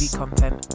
content